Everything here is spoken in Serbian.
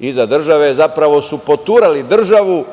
iza države, zapravo su poturali državu